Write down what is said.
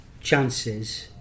chances